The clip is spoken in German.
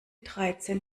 dreizehn